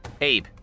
Abe